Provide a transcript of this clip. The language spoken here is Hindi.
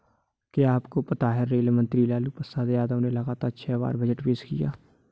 क्या आपको पता है रेल मंत्री लालू प्रसाद यादव ने लगातार छह बार बजट पेश किया?